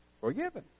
forgiven